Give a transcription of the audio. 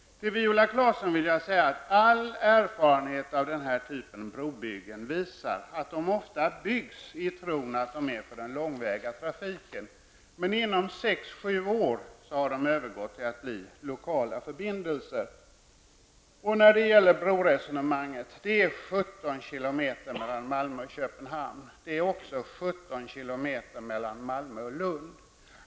Till Viola Claesson vill jag säga att all erfarenhet av den typ av brobyggande som det här gäller visar att broar ofta byggs i tron att de är till för den långväga trafiken. Men inom sex sju år har de blivit lokala förbindelselänkar. Apropå broresonemanget: Det är 17 kilometer mellan Malmö och Köpenhamn. Det är också 17 kilometer mellan Malmö och Lund.